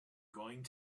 going